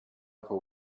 upper